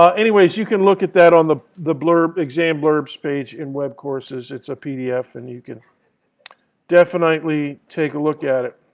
anyways, you can look at that on the the blurb exams blurbs page in webcourses. it's a pdf and you can definitely take a look at it.